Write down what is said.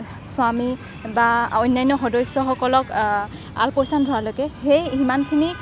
স্বামী বা অন্যান্য সদস্যসকলক আলপৈচান ধৰালৈকে সেই সিমানখিনি